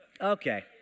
Okay